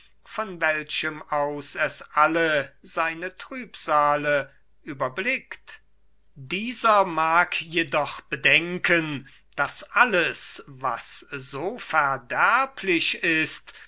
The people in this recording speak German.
von welchem aus es alle seine trübsale überblickt dieser mag jedoch bedenken daß alles was so verderblich ist